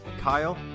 Kyle